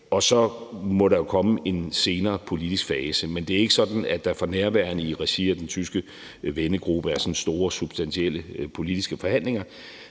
Og så må der jo komme en senere politisk fase. Men det er ikke sådan, at der for nærværende i regi af den tyske vennegruppe er sådan store substantielle politiske forhandlinger;